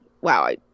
wow